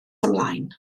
ymlaen